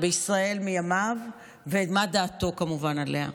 בישראל מימיו ומה דעתו כמובן עליה.